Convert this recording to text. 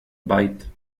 bite